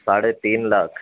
ساڑھے تین لاکھ